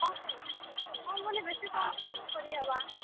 ବେଶି କମ୍ କରିହେବା